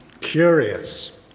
Curious